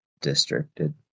districted